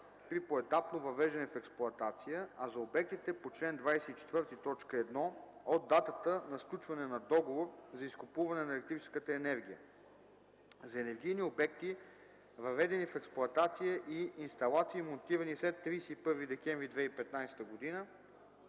при поетапно въвеждане в експлоатация, а за обектите по чл. 24, т. 1 – от датата на сключване на договор за изкупуване на електрическата енергия. За енергийни обекти, въведени в експлоатация, и инсталации, монтирани след 31 декември 2015 г.,